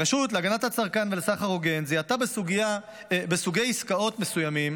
הרשות להגנת הצרכן ולסחר הוגן זיהתה בסוגי עסקאות מסוימים